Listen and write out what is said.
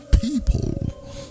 people